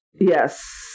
Yes